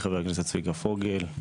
חבר הכנסת צביקה פוגל,